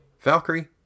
Valkyrie